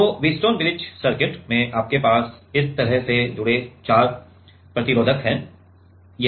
तो Wheatstone bridge circuit में आपके पास इस तरह से जुड़े चार प्रतिरोधक हैं